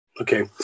Okay